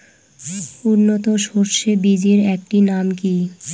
উন্নত সরষে বীজের একটি নাম কি?